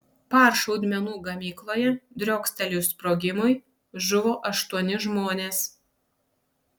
par šaudmenų gamykloje driokstelėjus sprogimui žuvo aštuoni žmonės